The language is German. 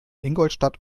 ingolstadt